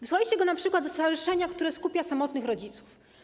Wysłaliście go np. do stowarzyszenia, które skupia samotnych rodziców.